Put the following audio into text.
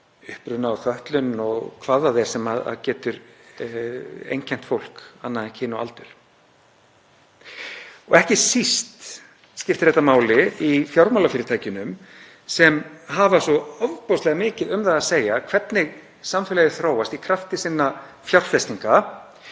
uppruna og fötlun og hvað það er sem getur einkennt fólk annað en kyn og aldur. Ekki síst skiptir þetta máli í fjármálafyrirtækjunum sem hafa svo ofboðslega mikið um það að segja hvernig samfélagið þróast í krafti sinna fjárfestinga.